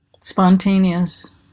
spontaneous